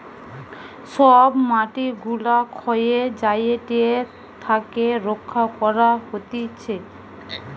সব মাটি গুলা ক্ষয়ে যায়েটে তাকে রক্ষা করা হতিছে